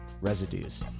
Residues